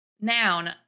Noun